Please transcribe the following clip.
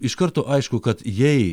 iš karto aišku kad jei